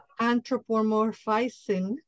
anthropomorphizing